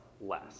less